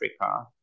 Africa